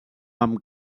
amb